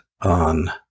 on